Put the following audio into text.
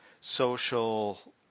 social